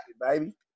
baby